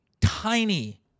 tiny